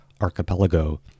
Archipelago